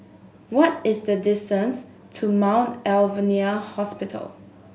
what is the distance to Mount Alvernia Hospital